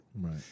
Right